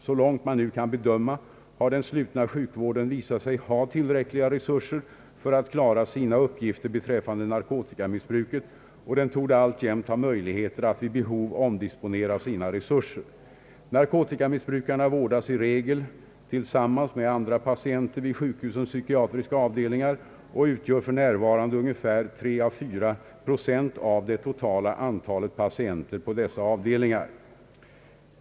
Så långt man nu kan bedöma har den slutna sjukvården visat sig ha tillräckliga resurser för att klara sina uppgifter beträffande narkotikamissbruket, och den torde alltjämt ha möjligheter att vid behov omdisponera sina resurser. Narkotikamissbrukarna vårdas i regel tillsammans med andra patienter vid sjukhusens psykiatriska avdelningar och utgör för närvarande 3 å 4 procent av det totala antalet patienter på dessa avdelningar.